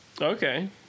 Okay